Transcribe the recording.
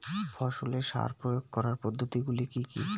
ফসলে সার প্রয়োগ করার পদ্ধতি গুলি কি কী?